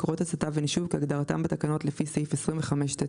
"מקורות הצתה" ו"נישוב" כהגדרתם בתקנות לפי סעיף 25(טו);